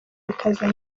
bikaza